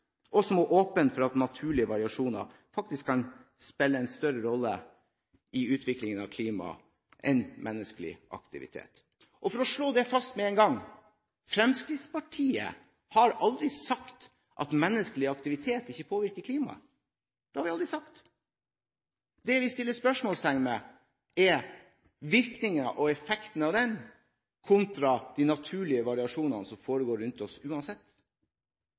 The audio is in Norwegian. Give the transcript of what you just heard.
og som er åpen for at naturlige variasjoner faktisk kan spille en større rolle i utviklingen av klimaet enn menneskelig aktivitet. For å slå det fast med en gang: Fremskrittspartiet har aldri sagt at menneskelig aktivitet ikke påvirker klimaet. Det har vi aldri sagt. Det vi setter spørsmålstegn ved, er virkningen og effekten av den aktiviteten kontra de naturlige variasjonene som foregår rundt oss uansett.